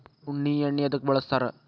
ಉಣ್ಣಿ ಎಣ್ಣಿ ಎದ್ಕ ಬಳಸ್ತಾರ್?